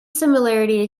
similarity